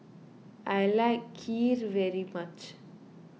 I like Kheer very much